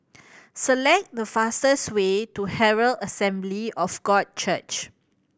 select the fastest way to Herald Assembly of God Church